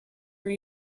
were